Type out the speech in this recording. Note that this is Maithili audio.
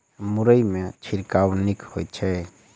मुरई मे छिड़काव नीक होइ छै?